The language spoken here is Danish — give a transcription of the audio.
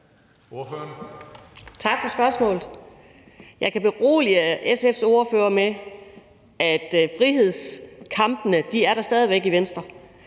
Tak for spørgsmålet. Jeg kan berolige SF's ordfører med, at frihedskampene stadig væk er der i Venstre.